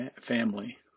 family